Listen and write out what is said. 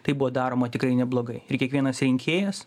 tai buvo daroma tikrai neblogai ir kiekvienas rinkėjas